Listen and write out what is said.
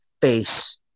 face